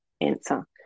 answer